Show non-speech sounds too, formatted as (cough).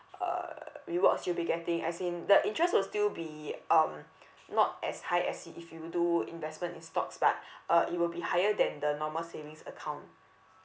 uh rewards you'll be getting as in the interest will still be um not as high as it if you do investment in stocks but (breath) uh it will be higher than the normal savings account